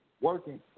working